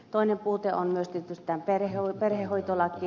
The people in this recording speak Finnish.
toinen puute on myös tietysti perhehoitolaki